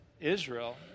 Israel